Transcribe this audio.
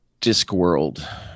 Discworld